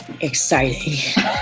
Exciting